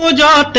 ah da